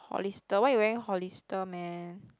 Hollister why you wearing Hollister man